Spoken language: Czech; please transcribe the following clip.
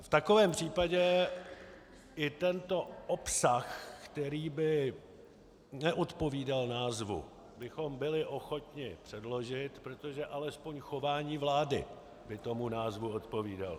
V takovém případě i tento obsah, který by neodpovídal názvu, bychom byli ochotni předložit, protože alespoň chování vlády by tomu názvu odpovídalo.